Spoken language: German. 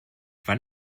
wann